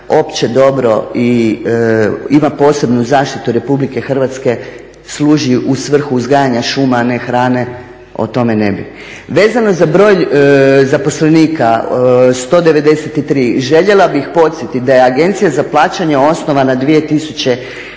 opće dobro i ima posebnu zaštitu RH, služi u svrhu uzgajanja šuma, a ne hrane o tome ne bih. Vezano za broj zaposlenika, 193, željela bih podsjetiti da je Agencija za plaćanje osnovana 2007.